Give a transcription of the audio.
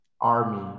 army